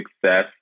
success